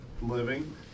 living